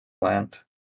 plant